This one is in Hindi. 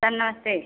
सर नमस्ते